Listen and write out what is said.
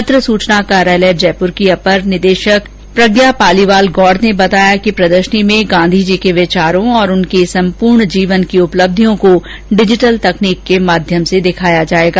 पत्र सूचना कार्यालय जयपुर की अपर निदेशक प्रज्ञा पालीवाल गौड़ ने बताया कि प्रदर्शनी में गांधीजी के विचार और उनके संपूर्णे जीवन की उपलब्धियों को डिजिटल तकनीक के माध्यम से दिखाया जाएगा